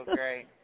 great